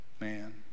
man